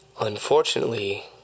Unfortunately